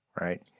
right